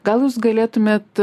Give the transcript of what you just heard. gal jūs galėtumėt